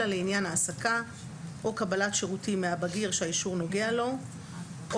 אלא לעניין העסקה או קבלת שירותים מהבגיר שהאישור נוגע לו או